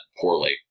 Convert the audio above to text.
poorly